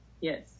yes